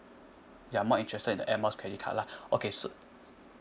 you are more interested in air miles credit card lah okay so